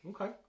okay